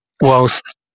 whilst